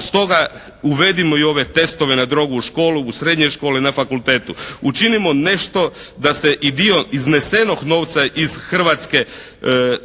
Stoga uvedimo i ove testove na drogu u školu, u srednje škole, na fakultetu. Učinimo nešto da se i dio iznesenog novca iz Hrvatske